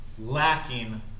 lacking